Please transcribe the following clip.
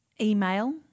email